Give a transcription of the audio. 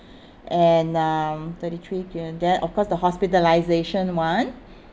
and um thirty three then of course the hospitalisation one